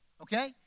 okay